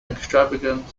extravagant